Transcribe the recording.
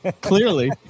clearly